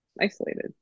isolated